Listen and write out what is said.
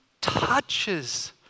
touches